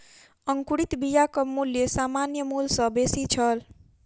अंकुरित बियाक मूल्य सामान्य मूल्य सॅ बेसी छल